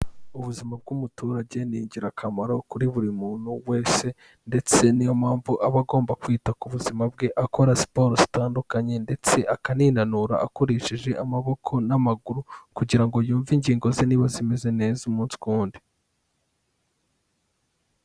Ubuzima bw'umuturage ni ingirakamaro kuri buri muntu wese ndetse niyo mpamvu aba agomba kwita ku buzima bwe akora siporo zitandukanye ndetse akaninanura akoresheje amaboko n'amaguru kugira ngo yumve ingingo ze niba zimeze neza umunsi ku wundi.